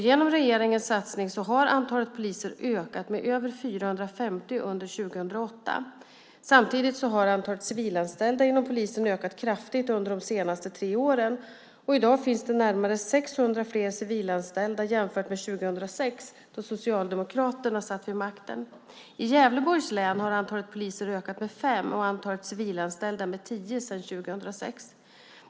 Genom regeringens satsning har antalet poliser ökat med över 450 under 2008. Samtidigt har antalet civilanställda inom polisen ökat kraftigt under de senaste tre åren. I dag finns det närmare 600 fler civilanställda jämfört med 2006, då Socialdemokraterna satt vid makten. I Gävleborgs län har antalet poliser ökat med fem och antalet civilanställda med tio sedan 2006.